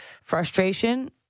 frustration